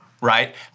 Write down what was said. right